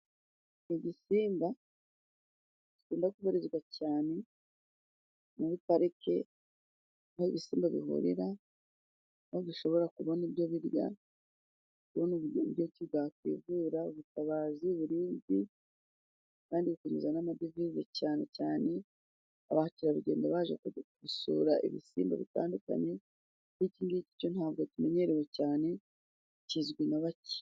Ni igisimba gikunda kubarizwa cyane muri parike aho ibisimba bihurira, aho bishobora kubona ibyo birya kubona buryo ki byakwegera, ubutabazi ,uburinzi kandi bikinjiza n'amadovize cyane cyane abakerarugendo baje gusura ibisimba bitandukanye, nk'iki ngiki cyo ntabwo kimenyerewe cyane kizwi na bake.